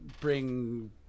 bring